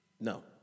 No